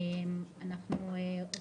כשאנחנו רוצים לבצע את האכיפה,